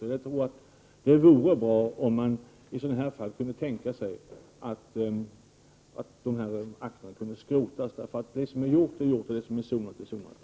Jag tror därför att det vore bra om man i sådana här fall kunde tänka sig att så att säga skrota akterna — för gjort är gjort och sonat är sonat.